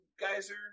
Geyser